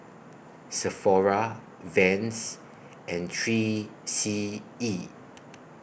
Sephora Vans and three C E